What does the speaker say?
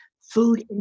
food